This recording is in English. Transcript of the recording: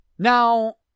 Now